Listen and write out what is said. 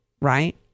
right